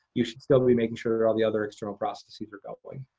you should still be making sure all the other external processes are going.